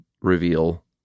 reveal